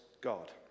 God